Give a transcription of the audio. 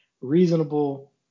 reasonable